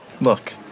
Look